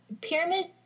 pyramid